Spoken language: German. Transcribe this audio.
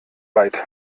byte